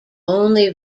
only